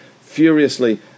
furiously